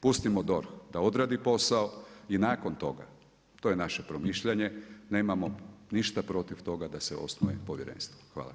Pustimo DORH da odradi posao i nakon toga, to je naše promišljanje, nemamo ništa protiv toga da se osnuje povjerenstvo.